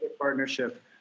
partnership